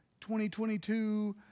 2022